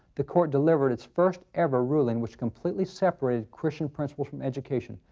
the court delivered its first ever ruling, which completely separated christian principles from education.